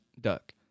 duck